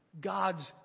God's